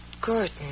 Gordon